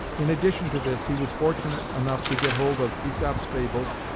in addition to this, he was fortunate enough to get hold of aesop's fables,